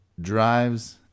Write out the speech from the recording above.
drives